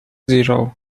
zero